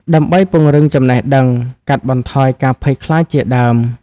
ដើម្បីពង្រឹងចំណេះដឹង កាត់បន្ថយការភ័យខ្លាចជាដើម។